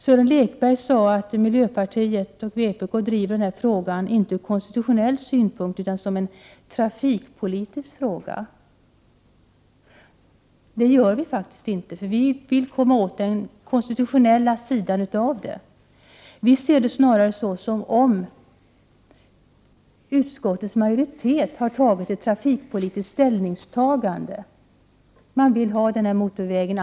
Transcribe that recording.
Sören Lekberg sade att miljöpartiet och vpk inte driver den här frågan ur konstitutionell synpunkt utan som en trafikpolitisk fråga. Det gör vi faktiskt inte, utan vi vill få till stånd en granskning av frågan ur konstitutionell synpunkt. Vi ser detsnarare som om utskottets majoritet har gjort ett trafikpolitiskt ställningstagande. Man vill ha den här motorvägen.